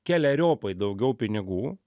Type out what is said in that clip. keleriopai daugiau pinigų